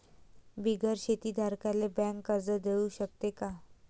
बिगर शेती धारकाले बँक कर्ज देऊ शकते का?